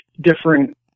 different